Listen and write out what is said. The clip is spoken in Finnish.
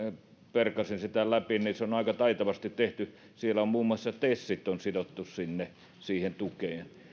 perkasin sitä läpi niin se on aika taitavasti tehty muun muassa tesit on sidottu siihen tukeen